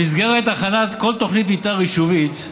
במסגרת הכנת כל תוכנית מתאר יישובית,